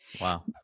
Wow